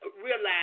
realize